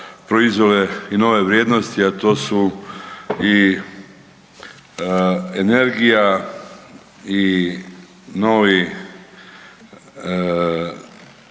proizvele i nove vrijednosti, a to su i energija i novi